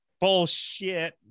Bullshit